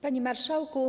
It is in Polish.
Panie Marszałku!